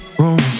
room